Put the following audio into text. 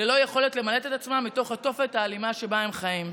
ללא יכולת למלט את עצמם מתוך התופת האלימה שבה הם חיים.